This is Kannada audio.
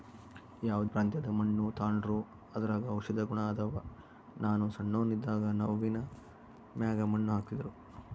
ಯಾವ್ದೇ ಪ್ರಾಂತ್ಯದ ಮಣ್ಣು ತಾಂಡ್ರೂ ಅದರಾಗ ಔಷದ ಗುಣ ಅದಾವ, ನಾನು ಸಣ್ಣೋನ್ ಇದ್ದಾಗ ನವ್ವಿನ ಮ್ಯಾಗ ಮಣ್ಣು ಹಾಕ್ತಿದ್ರು